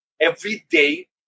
everyday